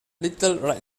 little